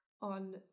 on